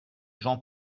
jean